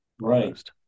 right